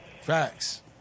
Facts